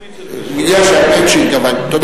יש תרומה כספית של מישהו.